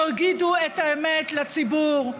תגידו את האמת לציבור: